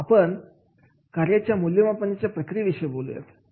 आता आपण कार्याच्या मूल्यमापनाच्या प्रक्रियेविषयी बोलूयात